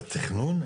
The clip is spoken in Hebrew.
לתכנון?